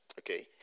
Okay